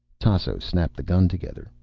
tasso snapped the gun together.